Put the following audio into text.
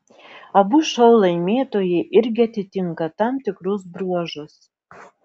abu šou laimėtojai irgi atitinka tam tikrus bruožus